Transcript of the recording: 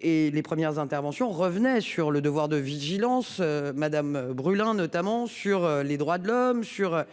Et les premières interventions revenait sur le devoir de vigilance madame brûlant notamment sur les droits de l'homme sur.